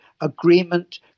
agreement